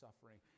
suffering